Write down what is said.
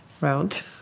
round